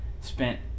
spent